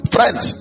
Friends